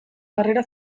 harrera